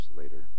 later